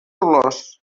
olors